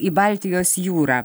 į baltijos jūrą